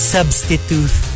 Substitute